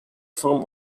from